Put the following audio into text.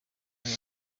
hano